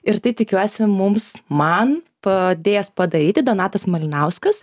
ir tai tikiuosi mums man padės padaryti donatas malinauskas